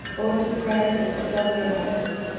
ought to praise and extol the artist,